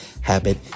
habit